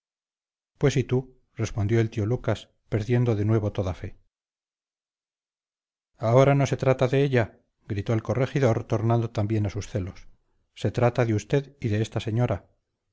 pues y tú respondió el tío lucas perdiendo de nuevo toda fe ahora no se trata de ella gritó el corregidor tornando también a sus celos se trata de usted y de esta señora